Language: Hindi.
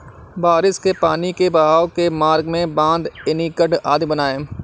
बारिश के पानी के बहाव के मार्ग में बाँध, एनीकट आदि बनाए